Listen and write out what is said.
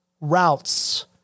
routes